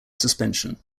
suspension